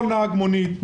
כל נהג מונית,